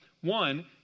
One